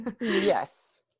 Yes